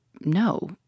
No